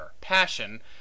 passion